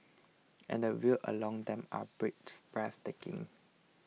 and the views along them are breathtaking